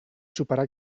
superar